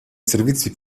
servizi